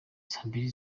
mbiri